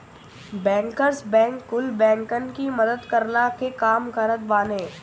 bankers bank कुल बैंकन की मदद करला के काम करत बाने